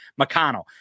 McConnell